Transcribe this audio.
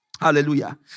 Hallelujah